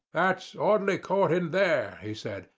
that's audley court in there, he said,